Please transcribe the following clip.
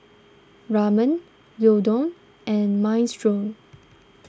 Ramen Gyudon and Minestrone